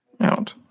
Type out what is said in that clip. out